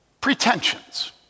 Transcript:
pretensions